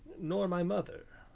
nor my mother.